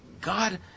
God